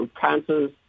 Cancers